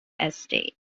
estate